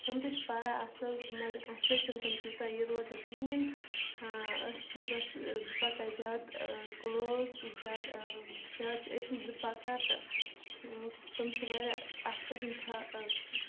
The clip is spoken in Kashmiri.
تِم تہٕ چھِ پَران اَصٕل تہٕ مگر اَسہِ سۭتۍ چھِنہٕ تِم تیوٗتاہ یہِ روزان کِہیٖنۍ أسۍ چھِ بَس زٕ پَکان زیادٕ کٕلوز زیادٕ زیادٕ چھِ أسی زٕ پَکان تہٕ تِم چھِ واریاہ اَتھ پٮ۪ٹھ تھَہ